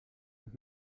und